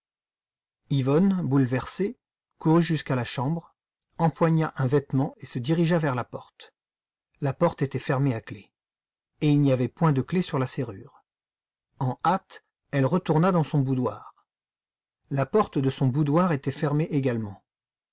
yvonne bouleversée courut jusqu'à la chambre empoigna un vêtement se dirigea vers la porte la porte était fermée à clef et il n'y avait point de clef sur la serrure en hâte elle retourna dans son boudoir la porte de son boudoir était fermée également